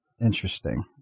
Interesting